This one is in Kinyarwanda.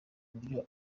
buryo